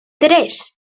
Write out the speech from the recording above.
tres